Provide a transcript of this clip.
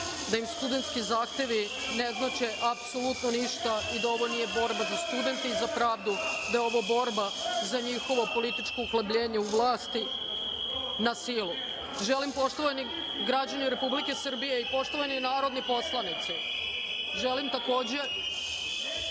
da im studentski zahtevi ne znače apsolutno ništa i da ovo nije borba za studente i za pravdu, da je ovo borba za njihovo političko uhljebljenje u vlasti na silu. Poštovani građani Republike Srbije i poštovani narodni poslanici, želim takođe